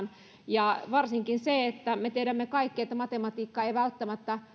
ja varsinkin se että me tiedämme kaikki että matematiikka ei välttämättä